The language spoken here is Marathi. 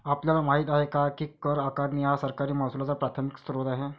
आपल्याला माहित आहे काय की कर आकारणी हा सरकारी महसुलाचा प्राथमिक स्त्रोत आहे